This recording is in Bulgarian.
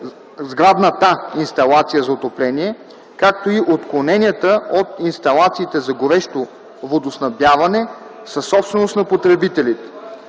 сградната инсталация за отопление, както и отклоненията от инсталациите за горещо водоснабдяване са собственост на потребителите.